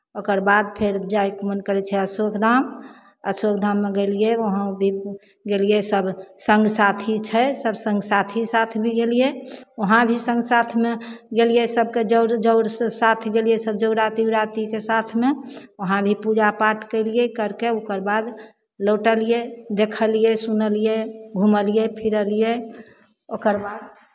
ओकर बाद फेर जायके मन करै छै अशोक धाम अशोक धाममे गेलियै वहाँ दीप उप गेलियै सभ सङ्ग साथी छै सभ सङ्ग साथी साथ भी गेलियै वहाँ भी सङ्ग साथमे गेलियै सभके जर जर साथ गेलियै सभ जौराती औरातीके साथमे उहाँ भी पूजा पाठ केलियै करि कऽ ओकर बाद लौटलियै देखलियै सुनलियै घुमलियै फिरलियै ओकर बाद